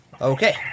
Okay